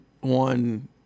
one